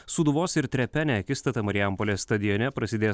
sūduvos ir trepene akistata marijampolės stadione prasidės